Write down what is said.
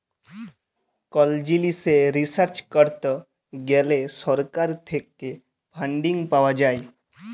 call জিলিসে research করত গ্যালে সরকার থেক্যে ফান্ডিং পাওয়া যায়